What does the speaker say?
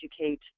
educate